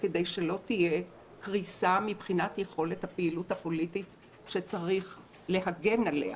כדי שלא תהיה קריסה מבחינת יכולת הפעילות הפוליטית שצריך להגן עליה.